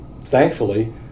thankfully